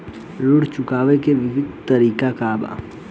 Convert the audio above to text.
ऋण चुकावे के विभिन्न तरीका का बा?